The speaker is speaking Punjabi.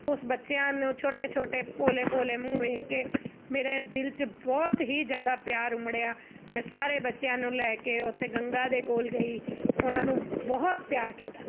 ਉਸ ਬੱਚਿਆਂ ਨੂੰ ਛੋਟੇ ਛੋਟੇ ਭੋਲੇ ਭੋਲੇ ਮੂੰਹ ਦੇਖ ਕੇ ਮੇਰੇ ਦਿਲ 'ਚ ਬਹੁਤ ਹੀ ਜ਼ਿਆਦਾ ਪਿਆਰ ਉਮੜਿਆ ਮੈਂ ਸਾਰੇ ਬੱਚਿਆਂ ਨੂੰ ਲੈ ਕੇ ਉੱਥੇ ਗੰਗਾ ਦੇ ਕੋਲ ਗਈ ਉਹਨਾਂ ਨੂੰ ਬਹੁਤ ਪਿਆਰ ਕੀਤਾ